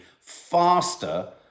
faster